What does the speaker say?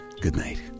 goodnight